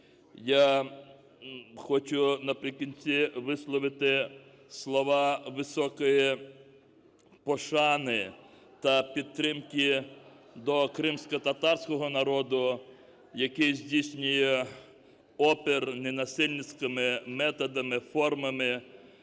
Я хочу наприкінці висловити слова високої пошани та підтримки до кримськотатарського народу, який здійснює опір ненасильницькими методами, формами,